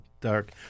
dark